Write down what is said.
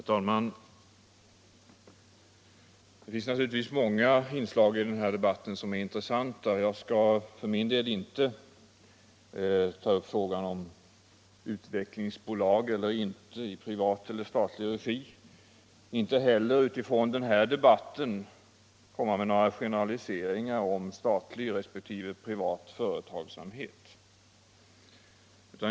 Herr talman! Det finns i den här debatten naturligtvis många inslag som är intressanta. Jag skall för min del inte ta upp behovet av utvecklingsbolag eller inte, och inte heller utifrån den här debatten komma med några generaliseringar om statlig resp. privat företagsamhet.